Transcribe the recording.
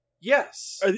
yes